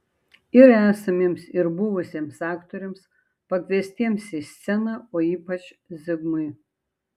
ir esamiems ir buvusiems aktoriams pakviestiems į sceną o ypač zigmui